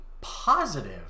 positive